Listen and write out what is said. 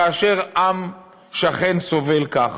כאשר עם שכן סובל ככה?